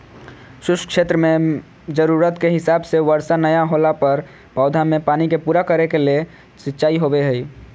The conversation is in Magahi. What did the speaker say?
शुष्क क्षेत्र मेंजरूरत के हिसाब से वर्षा नय होला पर पौधा मे पानी के पूरा करे के ले सिंचाई होव हई